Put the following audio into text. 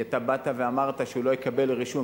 כי אתה באת ואמרת שהוא לא יקבל רישום,